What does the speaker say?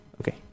Okay